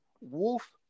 wolf